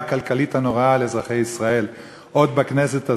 הכלכלית הנוראה על אזרחי ישראל עוד בכנסת הזאת,